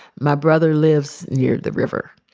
my brother lives near the river.